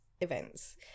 events